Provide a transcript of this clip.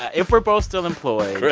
ah if we're both still employed. great.